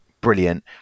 brilliant